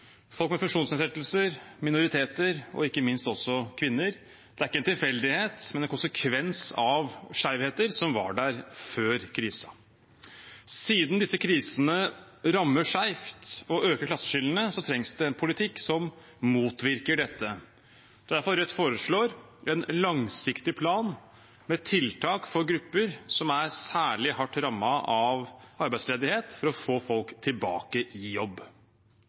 folk med funksjonsnedsettelser, minoriteter og ikke minst kvinner. Det er ikke en tilfeldighet, men en konsekvens av skjevheter som var der før krisen. Siden disse krisene rammer skjevt og øker klasseskillene, trengs det en politikk som motvirker dette. Det er derfor Rødt foreslår en langsiktig plan med tiltak for grupper som er særlig hardt rammet av arbeidsledighet, for å få folk tilbake i jobb.